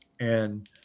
And-